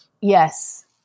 Yes